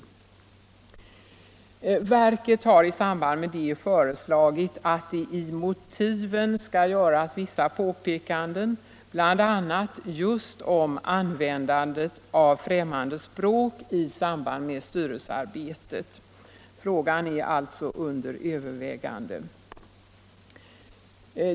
Verket har i samband därmed föreslagit att i motiven skall göras vissa påpekanden, bl.a. just om användandet av främmande språk i samband med styrelsearbetet. Frågan är alltså under övervägande.